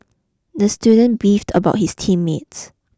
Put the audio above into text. the student beefed about his team mates